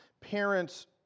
Parents